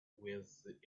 with